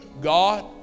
God